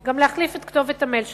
גם להחליף את כתובת המייל שלך,